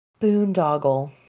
Boondoggle